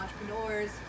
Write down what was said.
entrepreneurs